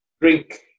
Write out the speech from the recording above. drink